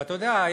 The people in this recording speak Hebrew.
אתה יודע,